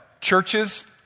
churches